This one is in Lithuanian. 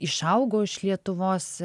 išaugo iš lietuvos